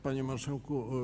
Panie Marszałku!